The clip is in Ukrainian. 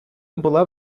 була